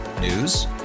News